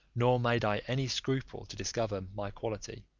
nor made i any scruple to discover my quality.